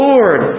Lord